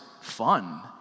fun